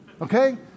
okay